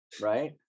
right